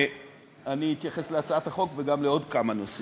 אני אתייחס להצעת החוק, וגם לעוד כמה נושאים,